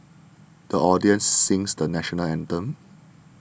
the audience sings the National Anthem